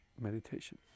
meditation